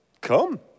come